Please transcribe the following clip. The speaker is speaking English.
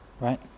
Right